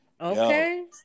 Okay